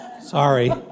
Sorry